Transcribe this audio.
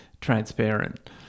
transparent